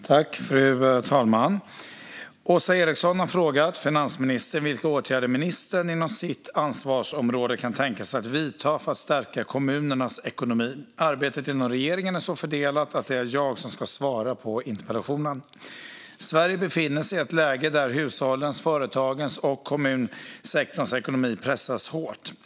Fru talman! Åsa Eriksson har frågat finansministern vilka åtgärder ministern, inom sitt ansvarsområde, kan tänka sig att vidta för att stärka kommunernas ekonomi. Arbetet inom regeringen är så fördelat att det är jag som ska svara på interpellationen. Sverige befinner sig i ett läge där hushållens, företagens och kommunsektorns ekonomi pressas hårt.